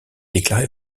déclarée